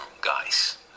guys